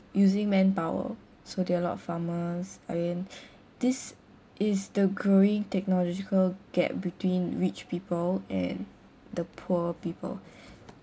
using manpower so there are a lot of farmers I mean this is the growing technological gap between rich people and the poor people